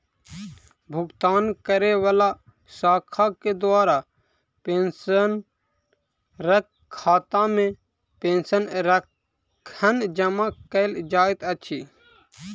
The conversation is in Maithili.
भुगतान करै वला शाखा केँ द्वारा पेंशनरक खातामे पेंशन कखन जमा कैल जाइत अछि